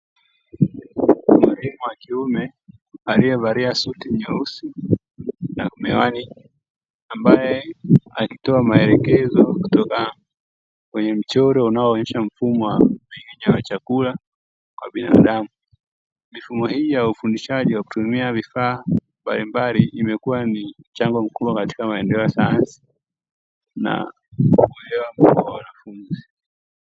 Mwalimu wa kiume, aliyevalia suti nyeusi na miwani, ambaye anatoa maelekezo kutokana na kwenye mchoro unaoonesha mfumo wa mmeng'enyo wa chakula kwa binadamu. Mifumo hii ya ufundishaji kwa kutumia vifaa mbalimbali imekuwa ni mchango mkubwa katika maendeleo ya sayansi na uelewa mkubwa wa wanafunzi.